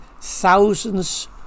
thousands